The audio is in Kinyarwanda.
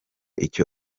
icyo